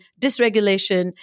dysregulation